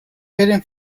written